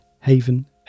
haven